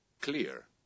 clear